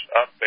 up